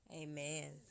amen